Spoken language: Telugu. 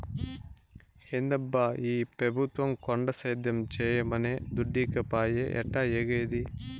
ఏందబ్బా ఈ పెబుత్వం కొండ సేద్యం చేయమనె దుడ్డీకపాయె ఎట్టాఏగేది